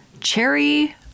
Cherry